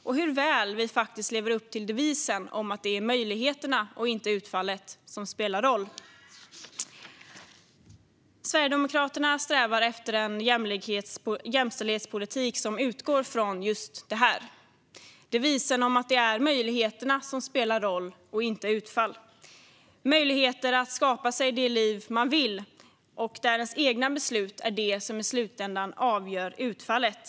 Det handlar om hur väl vi lever upp till devisen om att det är möjligheterna, och inte utfallet, som spelar roll. Sverigedemokraterna strävar efter en jämställdhetspolitik som utgår från just detta: devisen att det är möjligheterna som spelar roll och inte utfallet. Det handlar om möjligheter att skapa sig det liv man vill leva, där ens egna beslut är det som i slutändan avgör utfallet.